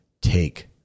take